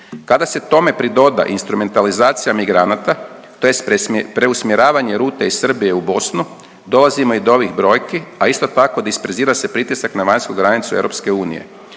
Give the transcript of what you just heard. Kada se tome pridoda instrumentalizacija migranata tj. preusmjeravanje rute iz Srbije u Bosnu dolazimo i do ovih brojki, a isto tako disperzira se pritisak na vanjsku granicu EU.